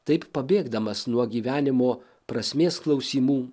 taip pabėgdamas nuo gyvenimo prasmės klausimų